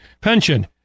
pension